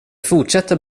fortsätter